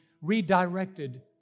redirected